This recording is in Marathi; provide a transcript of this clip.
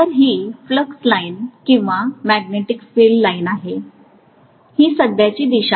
तर ही फ्लक्स लाइन किंवा मॅग्नेटिक फील्ड लाइन आहे तर ही सध्याची दिशा आहे